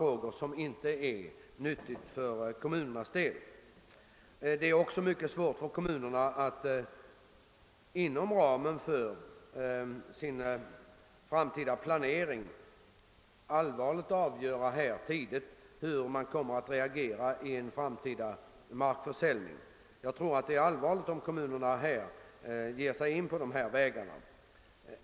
Det är också mycket svårt för kommunerna att på ett tidigt stadium och inom ramen för sin framtida planering klart ta ställning till hur de kommer att ställa sig vid markförsäljning i framtiden. Det skulle enligt min mening vara allvarligt, om kommunerna ger sig in på någonting sådant.